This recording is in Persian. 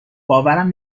باورم